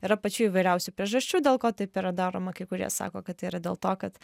yra pačių įvairiausių priežasčių dėl ko taip yra daroma kai kurie sako kad tai yra dėl to kad